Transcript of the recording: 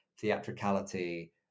theatricality